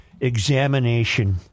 examination